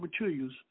materials